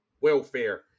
welfare